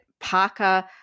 Parker